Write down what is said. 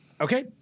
Okay